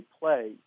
play